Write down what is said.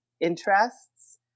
interests